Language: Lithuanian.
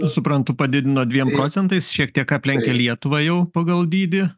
suprantu padidino dviem procentais šiek tiek aplenkė lietuvą jau pagal dydį